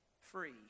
free